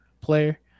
player